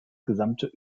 gesamte